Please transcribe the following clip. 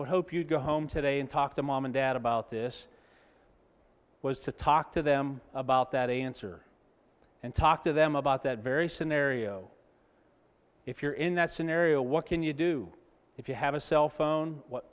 would hope you go home today and talk to mom and dad about this was to talk to them about that answer and talk to them about that very scenario if you're in that scenario what can you do if you have a cell phone